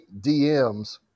DMs